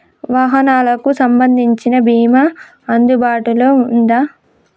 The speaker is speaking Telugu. వాహనాలకు సంబంధించిన బీమా అందుబాటులో ఉందా?